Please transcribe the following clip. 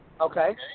Okay